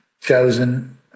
chosen